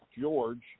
George